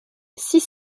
six